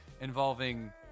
involving